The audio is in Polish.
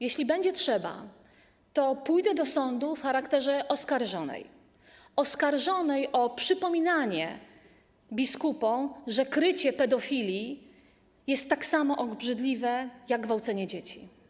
Jeśli będzie trzeba, to pójdę do sądu w charakterze oskarżonej, oskarżonej o przypominanie biskupom, że krycie pedofilii jest tak samo obrzydliwe jak gwałcenie dzieci.